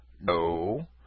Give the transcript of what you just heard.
No